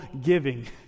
giving